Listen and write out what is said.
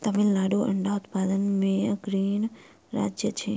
तमिलनाडु अंडा उत्पादन मे अग्रणी राज्य अछि